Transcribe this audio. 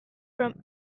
from